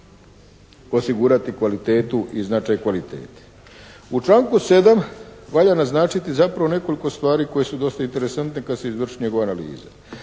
osigurati kvalitetu i značaj kvalitete. U članku 7. valja naznačiti zapravo nekoliko stvari koje su dosta interesantne kada se izvrši njegova analiza.